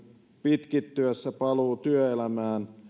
pitkittyessä paluu työelämään